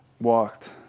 walked